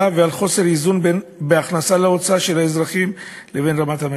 ועל חוסר איזון בין הכנסה להוצאה של האזרחים לבין רמת המחירים.